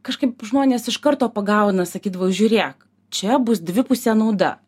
kažkaip žmonės iš karto pagauna sakydavau žiūrėk čia bus dvipusė nauda